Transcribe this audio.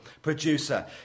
Producer